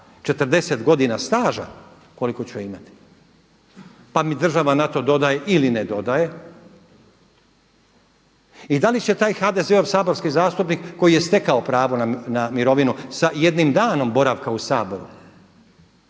40 godina staža koliko ću ja imati. Pa mi država na to doda ili ne dodaje i da li će taj HDZ-ov saborski zastupnik koji je stekao pravo na mirovinu sa jednim danom boravka u Saboru,